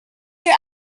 your